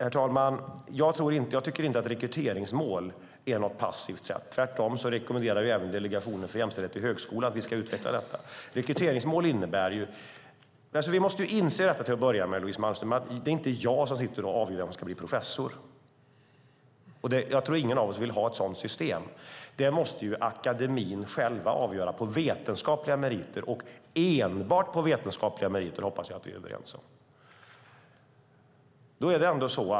Herr talman! Jag tycker inte att rekryteringsmål är något passivt. Även Delegationen för jämställdhet vid högskolan rekommenderar att vi ska utveckla det. Det är inte jag som avgör vem som ska bli professor. Jag tror inte att någon av oss vill ha ett sådant system. Det måste akademierna själva avgöra på vetenskapliga meriter, och enbart på vetenskapliga meriter. Det hoppas jag att vi är överens om.